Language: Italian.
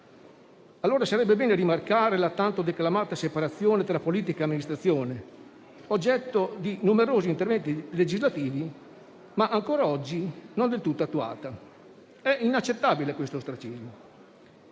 allora rimarcare la tanto declamata separazione tra politica e amministrazione, oggetto di numerosi interventi legislativi, ma ancora oggi non del tutto attuata. È inaccettabile quest'ostracismo.